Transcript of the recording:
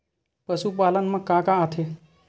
पशुपालन मा का का आथे?